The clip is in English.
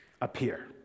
appear